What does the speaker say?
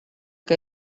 que